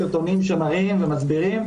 סרטונים שמראים ומסבירים.